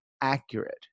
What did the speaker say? accurate